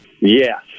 Yes